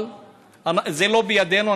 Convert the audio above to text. אבל זה לא בידינו.